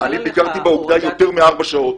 אני ביקרתי באוגדה יותר מארבע שעות.